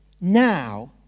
now